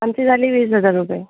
आमची झाली वीस हजार रुपये